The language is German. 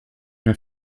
mehr